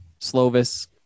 Slovis